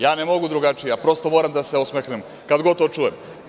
Ja ne mogu drugačije, ja prosto moram da se osmehnem kad god to čujem.